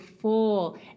full